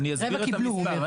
אני אסביר את המספר.